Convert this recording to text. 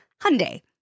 Hyundai